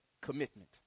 commitment